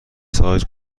سایز